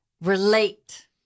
relate